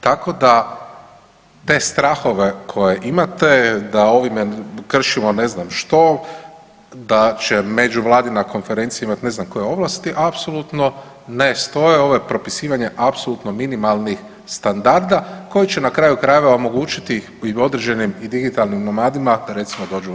Tako da te strahove koje imate da ovime kršimo ne znam što da će međuvladina konferencija imati ne znam koje ovlasti apsolutno ne stoje, ovo je propisivanje apsolutno minimalnih standarda koji će na kraju krajeva omogućiti i određenim i digitalnim nomadima recimo da dođu u RH.